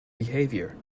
behavior